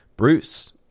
Bruce